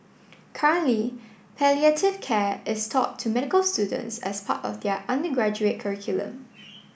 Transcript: currently palliative care is taught to medical students as part of their undergraduate curriculum